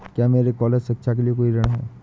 क्या मेरे कॉलेज शिक्षा के लिए कोई ऋण है?